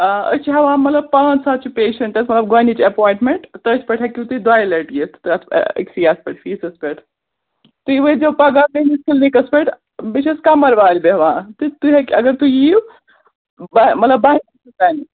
آ أسۍ چھِ ہٮ۪وان مطلب پانٛژھ ہتھ چھِ پیشَنٹَس مطلب گۄڈنِچ ایٚپایِنٛٹمٮ۪نٛٹ تٔتھۍ پٮ۪ٹھ ہیٚکِو تُہۍ دۄیہِ لَٹہِ یِتھ تَتھ أکسٕے یَتھ پٮ۪ٹھ فیٖسَس پٮ۪ٹھ تُہۍ وٲتۍزیو پگاہ میٛٲنِس کِلنِکَس پٮ۪ٹھ بہٕ چھَس قَمر والہِ بیٚہوان تہٕ تُہۍ ہیٚکو اگر تُہۍ یِیِو مطلب